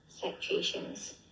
situations